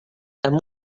amb